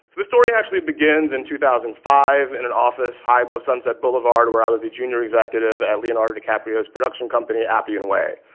the story actually begins in two thousand and five, in an office high above sunset boulevard, where i was a junior executive at leonardo dicaprio's production company appian way.